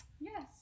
Yes